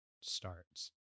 starts